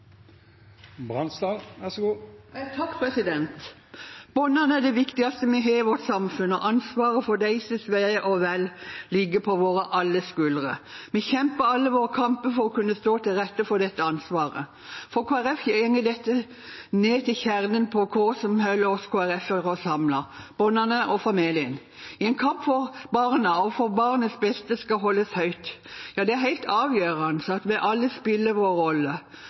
det viktigste vi har i vårt samfunn, og ansvaret for deres ve og vel ligger på våre alles skuldre. Vi kjemper alle våre kamper for å kunne stå til rette for dette ansvaret. For Kristelig Folkeparti går dette ned til kjernen i hva som holder oss KrF-ere samlet – barna og familien, i en kamp hvor barna og barnets beste skal holdes høyt. Det er helt avgjørende at vi alle